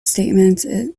statements